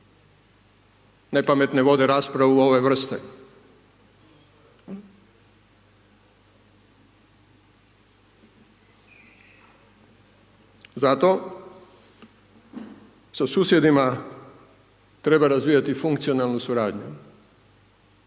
Ne pametne vode raspravu ove vrste. Zato sa susjedima treba razvijati funkcionalnu suradnju